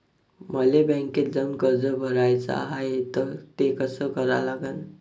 मले बँकेत जाऊन कर्ज भराच हाय त ते कस करा लागन?